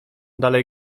dalej